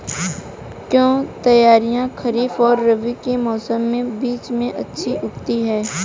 क्या तोरियां खरीफ और रबी के मौसम के बीच में अच्छी उगती हैं?